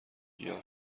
گیاه